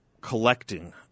collecting